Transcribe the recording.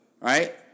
right